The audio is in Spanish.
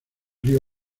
río